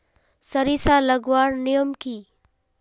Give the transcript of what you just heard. सरिसा लगवार नियम की?